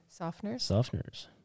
softeners